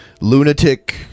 lunatic